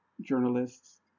journalists